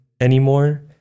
anymore